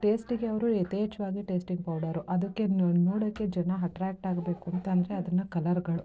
ಟೇಸ್ಟಿಗೆ ಅವರು ಯಥೇಚ್ಛವಾಗಿ tasting powder ಅದಕ್ಕೆ ನೋಡೋಕೆ ಜನ ಹಟ್ರ್ಯಾಕ್ಟ್ ಆಗಬೇಕು ಅಂತ ಅಂದ್ರೆ ಅದನ್ನು ಕಲರ್ಗಳು